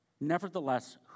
Nevertheless